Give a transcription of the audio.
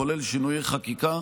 כולל שינויי חקיקה.